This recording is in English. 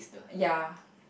ya